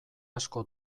asko